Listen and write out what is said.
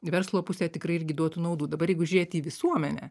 verslo pusę tikrai irgi duotų naudų dabar jeigu žiūrėti į visuomenę